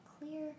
clear